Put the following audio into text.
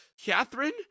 Catherine